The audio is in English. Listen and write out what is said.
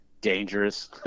dangerous